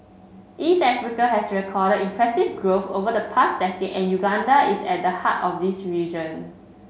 East Africa has recorded impressive growth over the past decade and Uganda is at the heart of this region